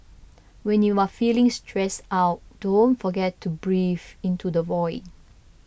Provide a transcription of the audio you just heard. when you are feeling stressed out don't forget to breathe into the void